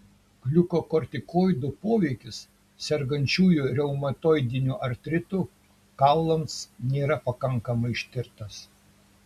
gliukokortikoidų poveikis sergančiųjų reumatoidiniu artritu kaulams nėra pakankamai ištirtas